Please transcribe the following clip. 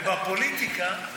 בפוליטיקה,